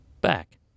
back